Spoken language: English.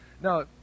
Now